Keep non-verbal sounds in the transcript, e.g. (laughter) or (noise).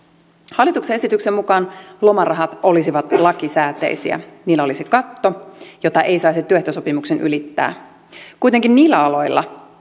hallituksen esityksen mukaan lomarahat olisivat lakisääteisiä niillä olisi katto jota ei saisi työehtosopimuksella ylittää kuitenkin niillä aloilla (unintelligible)